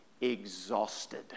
exhausted